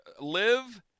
live